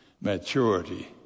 maturity